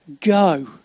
Go